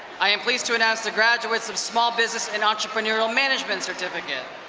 i am pleased to announce the graduates of small business and entrepreneurial management certificate.